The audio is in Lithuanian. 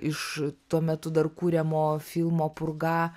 iš tuo metu dar kuriamo filmo purga